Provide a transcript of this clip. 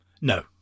no